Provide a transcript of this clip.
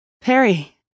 Perry